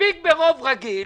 מספיק ברוב רגיל,